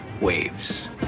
waves